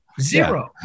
zero